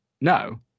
No